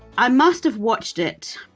i must've watched it